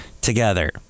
together